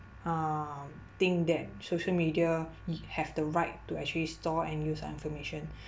uh thing that social media have the right to actually store and use our information